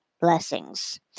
blessings